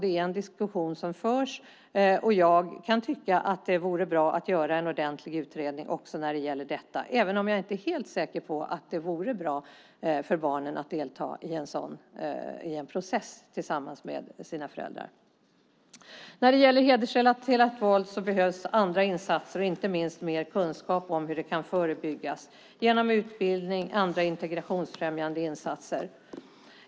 Det är en diskussion som förs. Jag tycker att det vore bra att göra en ordentlig utredning också när det gäller detta även om jag inte är helt säker på att det vore bra för barnen att delta i en process tillsammans med sina föräldrar. När det gäller hedersrelaterat våld behövs det andra insatser och inte minst mer kunskap om hur det kan förebyggas genom utbildning och andra integrationsfrämjande insatser.